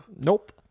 nope